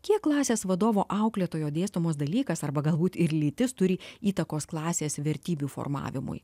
kiek klasės vadovo auklėtojo dėstomas dalykas arba galbūt ir lytis turi įtakos klasės vertybių formavimui